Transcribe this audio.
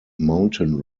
mountain